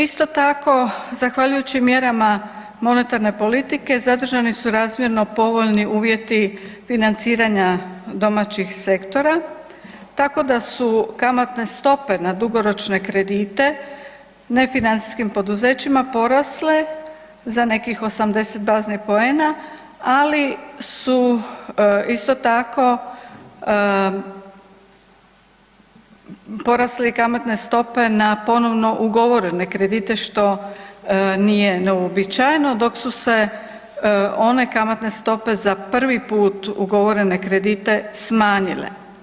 Isto tako zahvaljujući mjerama monetarne politike zadržani su razmjerno povoljni uvjeti financiranja domaćih sektora, tako da su kamatne stope na dugoročne kredite nefinancijskim poduzećima porasle za nekih 80 baznih poena, ali su isto tako porasle i kamatne stope na ponovno ugovorene kredite što nije neuobičajeno, dok su se one kamatne stope za prvi put ugovorene kredite smanjile.